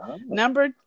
Number